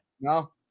No